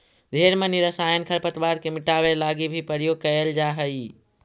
ढेर मनी रसायन खरपतवार के मिटाबे लागी भी प्रयोग कएल जा हई